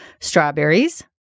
strawberries